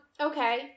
okay